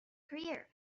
career